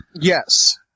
Yes